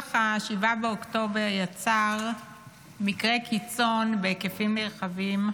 טבח 7 באוקטובר יצר מקרי קיצון בהיקפים נרחבים,